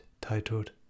titled